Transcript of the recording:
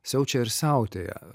siaučia ir siautėja